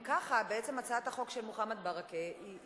אם ככה, בעצם הצעת החוק של מוחמד ברכה היא